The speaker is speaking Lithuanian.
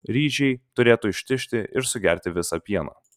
ryžiai turėtų ištižti ir sugerti visą pieną